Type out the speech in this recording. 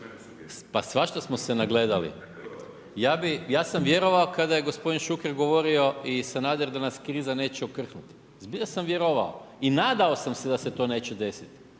Pa svašta smo se nagledali. Ja sam vjerovao kada je gospodin Šuker govorio i Sanader da nas kriza neće okrhnuti, zbilja sam vjerovao i nadao sam se da se to neće desiti.